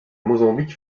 mozambique